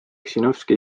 ossinovski